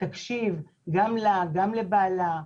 תקשיב גם לה וגם לבעלה.